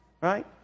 Right